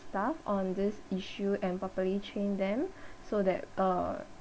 staff on this issue and probably change them so that uh